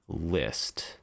list